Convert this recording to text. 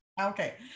Okay